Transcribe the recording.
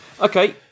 Okay